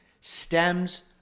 stems